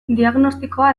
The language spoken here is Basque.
diagnostikoa